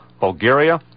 Bulgaria